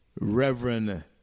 Reverend